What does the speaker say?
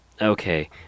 Okay